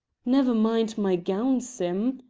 never mind my gown, sim,